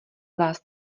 vás